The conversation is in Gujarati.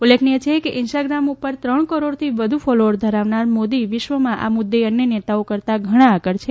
ઉલ્લેખનીય છે કે ઇન્સ્ટાગ્રામ ઉપર ત્રણ કરોડથી વધુ ફોલોઅર ધરાવનાર મોદી વિશ્વમાં આ મુદ્દે અન્ય નેતાઓ કરતાં ઘણાં આગળ છે